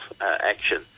action